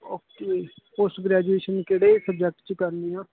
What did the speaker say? okay post graduation ਕਿਹੜੇ subject 'ਚ ਕਰਨੀ ਆ